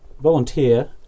volunteer